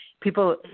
People